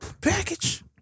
package